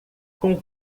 com